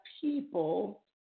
people